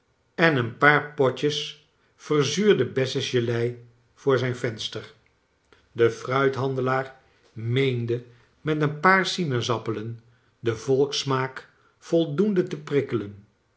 en een paar potjes verzuurde bessengelei voor zijn venster de fruithandelaar meende met een paar sinaasappelen den volkssmaak voldoende te prikkelen